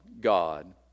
God